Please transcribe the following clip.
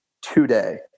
today